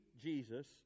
Jesus